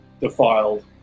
defiled